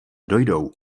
dojdou